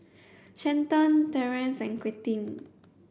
Stanton Terrance and Quentin